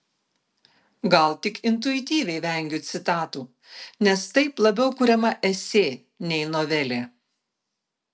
gal tik intuityviai vengiu citatų nes taip labiau kuriama esė nei novelė